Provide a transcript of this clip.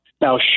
Now